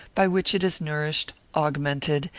by which it is nourished, augmented,